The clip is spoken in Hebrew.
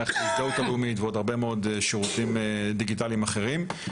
מערכת ההזדהות הלאומית ועוד הרבה מאוד שירותים דיגיטליים אחרים.